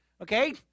okay